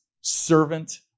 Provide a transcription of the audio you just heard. servant